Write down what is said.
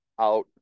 out